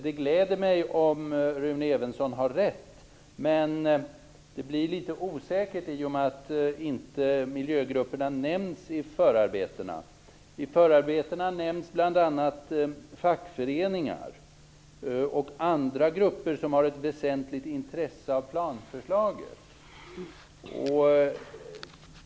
Det gläder mig om Rune Evensson har rätt, men det blir litet osäkert i och med att miljögrupperna inte nämns i förarbetena. I förarbetena nämns bl.a. fackföreningar och andra grupper som har ett väsentligt intresse av planförslaget.